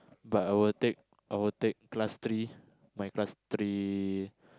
but I'll take I'll take class three my class three